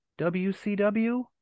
WCW